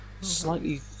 slightly